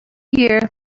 year